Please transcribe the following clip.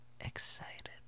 excited